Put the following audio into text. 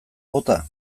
bota